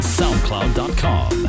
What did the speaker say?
soundcloud.com